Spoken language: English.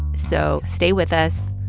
so stay with us.